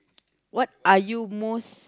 what are you most